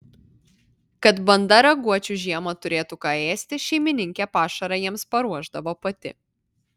kad banda raguočių žiemą turėtų ką ėsti šeimininkė pašarą jiems paruošdavo pati